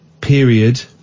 Period